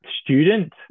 student